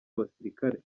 abasirikare